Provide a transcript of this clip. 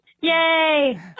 yay